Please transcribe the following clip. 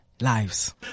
lives